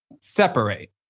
separate